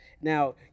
Now